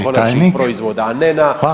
konačnih proizvoda, a ne na